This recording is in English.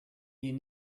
you